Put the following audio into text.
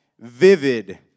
vivid